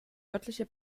örtliche